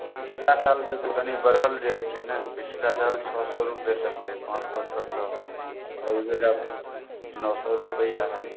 पछिला सालसँ तऽ कनी बढ़ल रेट छै ने पछिला साल पाँच सए रूपैये तक रहै पाँच सओ छओ सए अइबेरा नओ सए रुपैया हय